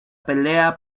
pelea